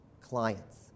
clients